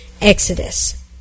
Exodus